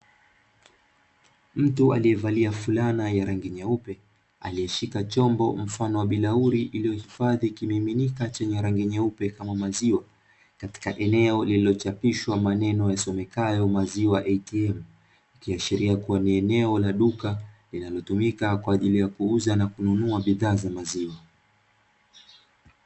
Mtu aliyevalia fulana ya rangi nyeupe, aliyeshika chombo mfano wa bilauli iliyohifadhi kimininika chenye rangi nyeupe kama maziwa, katika eneo lililochapishwa maneno yasomekayo "maziwa ATM" ikiashiria kuwa ni eneo la duka linalotumika kwa ajili ya kuuza na kununua bidhaa za maziwa.